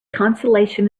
consolation